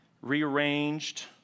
rearranged